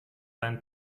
einen